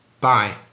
Bye